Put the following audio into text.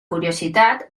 curiositat